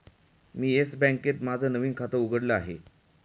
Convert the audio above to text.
मी Yes बँकेत माझं नवीन खातं उघडलं आहे